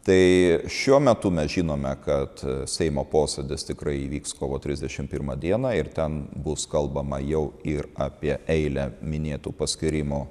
tai šiuo metu mes žinome kad seimo posėdis tikrai įvyks kovo trisdešimt pirmą dieną ir ten bus kalbama jau ir apie eilę minėtų paskyrimų